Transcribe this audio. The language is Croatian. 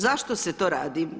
Zašto se to radi?